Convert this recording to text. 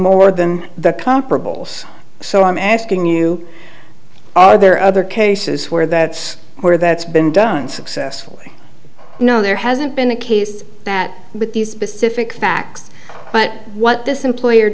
more than the comparables so i'm asking you are there other cases where that's where that's been done successfully no there hasn't been a case that with these specific facts but what this employer